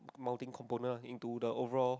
moulding component into the overall